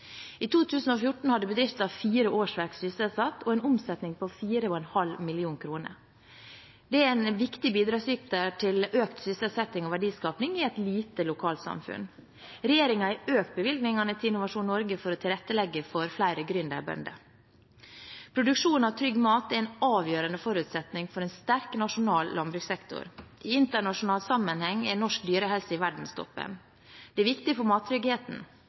I 2014 hadde bedriften fire årsverk sysselsatt og en omsetning på 4,5 mill. kr. Det er en viktig bidragsyter til økt sysselsetting og verdiskaping i et lite lokalsamfunn. Regjeringen har økt bevilgningene til Innovasjon Norge for å tilrettelegge for flere gründerbønder. Produksjon av trygg mat er en avgjørende forutsetning for en sterk nasjonal landbrukssektor. I internasjonal sammenheng er norsk dyrehelse i verdenstoppen. Det er viktig for mattryggheten.